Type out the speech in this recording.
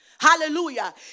Hallelujah